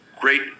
great